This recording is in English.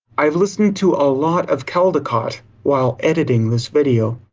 i've listening to a lot of caldicott while editing this video.